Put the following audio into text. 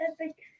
Epic